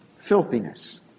Filthiness